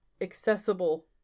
accessible